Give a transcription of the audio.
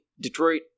Detroit